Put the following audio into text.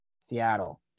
Seattle